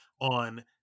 on